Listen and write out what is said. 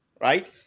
right